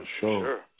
Sure